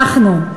אנחנו,